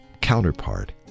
counterpart